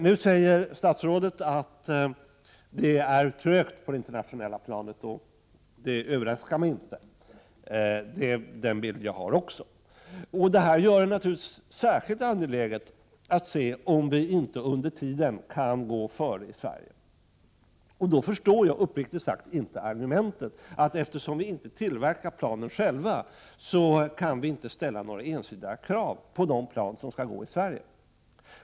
Nu säger statsrådet att det på det internationella planet går trögt att få ett genombrott för hur nya problem skall angripas, och det överraskar mig inte. Det är den bild som också jag har. Det gör det naturligtvis särskilt angeläget att undersöka om vi i Sverige inte kan gå före på detta område. Jag förstår uppriktigt sagt inte argumentet att vi, bara därför att vi inte själva tillverkar flygplanen, inte kan ställa ensidiga krav på de flygplan som trafikerar Sverige.